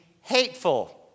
hateful